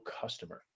customer